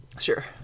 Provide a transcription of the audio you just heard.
Sure